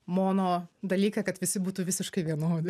mono dalyką kad visi būtų visiškai vienodi